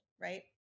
right